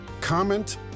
comment